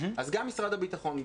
גם משרד הביטחון,